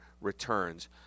returns